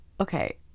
Okay